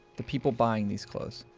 the people buying these clothes.